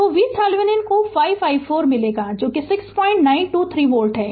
तो VThevenin को 5 i4 मिलेगा जो कि 6923 वोल्ट है